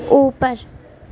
اوپر